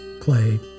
play